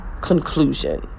conclusion